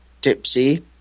tipsy